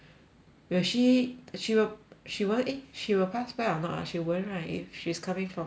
will she she will she will eh she will pass by or not ah she won't right if she's coming from choa chu kang